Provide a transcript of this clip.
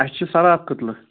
اَسہِ چھُ سراف کٔدلہٕ